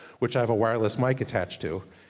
which i have a wireless mic attached to.